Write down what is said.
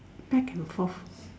back and forth